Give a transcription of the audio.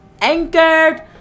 anchored